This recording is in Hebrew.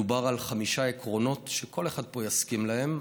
מדובר על חמישה עקרונות שכל אחד פה יסכים להם,